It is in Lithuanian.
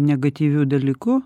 negatyviu dalyku